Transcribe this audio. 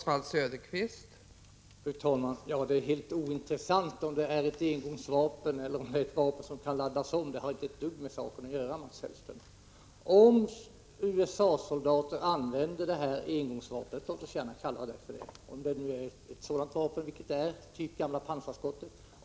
Fru talman! Det är helt ointressant om det är ett engångsvapen eller om det kan laddas om. Det har inte ett dugg med saken att göra, Mats Hellström. Låt oss gärna kalla det för engångsvapen, vilket det är, ett slags pansarskott.